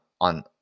on